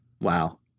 wow